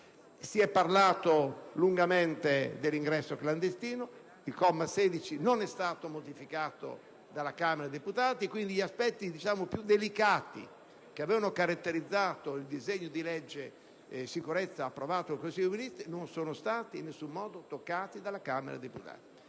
Si è parlato lungamente dell'ingresso clandestino; la fattispecie di cui al comma 16 non è stata modificata dalla Camera dei deputati e quindi gli aspetti più delicati che avevano caratterizzato il disegno di legge sicurezza approvato in Consiglio dei ministri non sono stati in alcun modo toccati dalla Camera dei deputati.